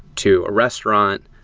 to a restaurant,